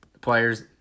players